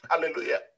Hallelujah